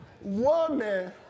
woman